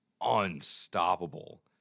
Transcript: unstoppable